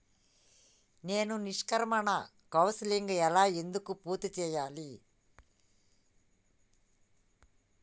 నేను నిష్క్రమణ కౌన్సెలింగ్ ఎలా ఎందుకు పూర్తి చేయాలి?